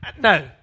no